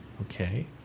Okay